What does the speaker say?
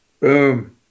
Boom